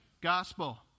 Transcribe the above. Gospel